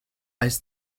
als